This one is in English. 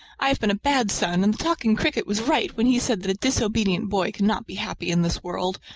i have been a bad son, and the talking cricket was right when he said that a disobedient boy cannot be happy in this world.